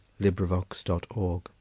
LibriVox.org